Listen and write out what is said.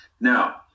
now